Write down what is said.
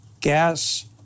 Gas